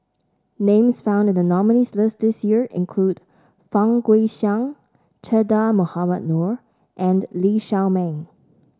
names found in the nominees' list this year include Fang Guixiang Che Dah Mohamed Noor and Lee Shao Meng